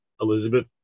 elizabeth